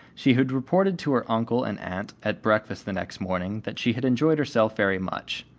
she had reported to her uncle and aunt at breakfast the next morning that she had enjoyed herself very much.